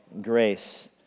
Grace